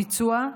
ביצוע,